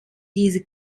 diese